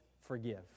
forgive